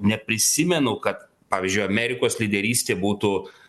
neprisimenu kad pavyzdžiui amerikos lyderystė būtų